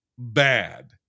Bad